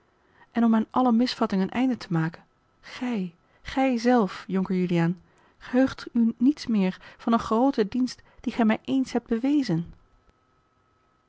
en om aan alle misvatting een eind te maken gij gij zelf jonker juliaan geheugd u niets meer van een grooten dienst dien gij mij eens hebt bewezen